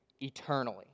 eternally